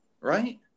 right